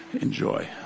enjoy